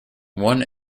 one